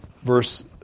verse